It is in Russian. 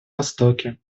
востоке